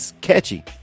catchy